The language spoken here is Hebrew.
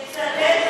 תצטט נכון.